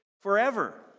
forever